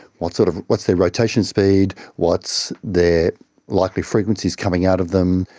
what's sort of what's their rotation speed, what's their likely frequencies coming out of them,